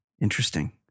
interesting